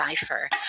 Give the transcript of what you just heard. cipher